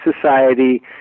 society